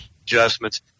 adjustments